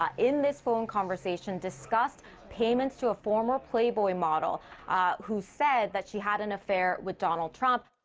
ah in this phone conversation, discussed payments to a former playboy model who said that she had an affair with donald trump.